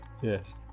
Yes